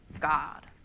god